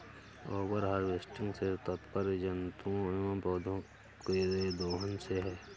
over harvesting से तात्पर्य जंतुओं एंव पौधौं के दोहन से है